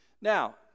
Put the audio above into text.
Now